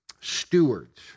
stewards